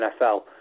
NFL